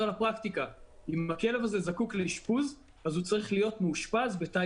אם הכלב הזה זקוק לאשפוז הוא צריך להיות מאושפז בתא